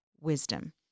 wisdom